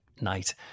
night